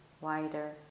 wider